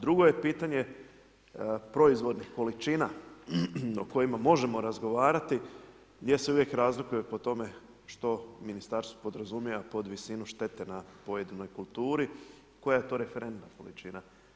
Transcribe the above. Drugo je pitanje proizvodnih količina, o kojima možemo razgovarati, gdje se uvijek razlikuje po tome, što ministarstvo podrazumijeva pod visinu štete na pojedinom kulturi, koja je to referentna količina.